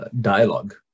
dialogue